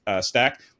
stack